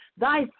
thy